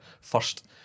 first